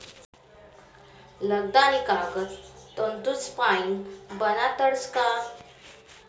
लगदा आणि कागद तंतूसपाईन बनाडतस का